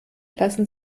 lassen